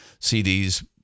cds